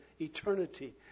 eternity